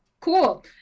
cool